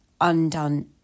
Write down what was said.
undone